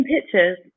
pictures